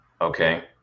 Okay